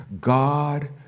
God